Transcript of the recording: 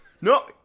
no